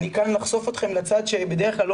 אני כאן לחשוף אתכם לצד שבדרך כלל לא